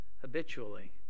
habitually